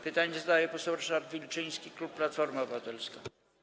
Pytanie zadaje poseł Ryszard Wilczyński, klub Platforma Obywatelska.